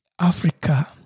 Africa